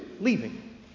leaving